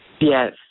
Yes